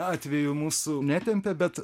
atveju mūsų netempė bet